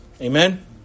Amen